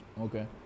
Okay